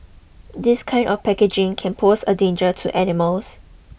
this kind of packaging can pose a danger to animals